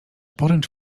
poręcz